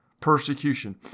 persecution